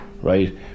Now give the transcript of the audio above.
right